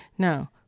Now